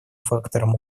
фактором